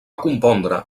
compondre